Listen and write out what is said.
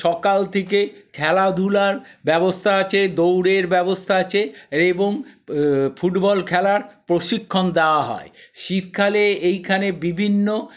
সকাল থেকে খেলাধুলার ব্যবস্থা আছে দৌড়ের ব্যবস্থা আছে এবং ফুটবল খেলার প্রশিক্ষণ দেওয়া হয় শীতকালে এইখানে বিভিন্ন